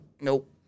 nope